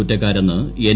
കുറ്റക്കാരെന്ന് N